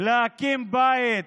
להקים בית